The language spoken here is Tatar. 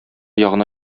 ягына